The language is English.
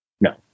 No